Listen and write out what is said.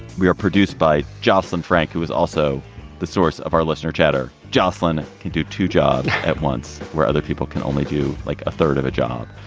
we are produced by jocelyn frank, who is also the source of our listener chatter. josslyn can do two jobs at once where other people can only do like a third of a job.